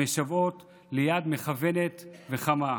המשוועות ליד מכוונת וחמה.